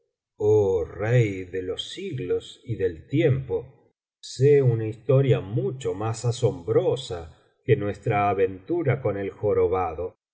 oh rey de los siglos y del tiempo sé una historia mucho más asombrosa que nuestra aventura con el jorobado